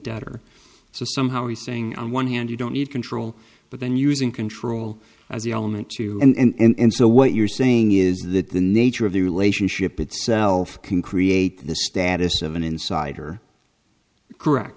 debt or so somehow he's saying on one hand you don't need control but then using control as the element to and so what you're saying is that the nature of the relationship itself can create the status of an insider correct